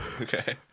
Okay